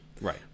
right